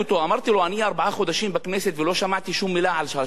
אמרתי לו: אני ארבעה חודשים בכנסת ולא שמעתי שום מלה על השלום,